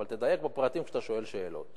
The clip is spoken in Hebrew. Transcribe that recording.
אבל תדייק בפרטים כשאתה שואל שאלות.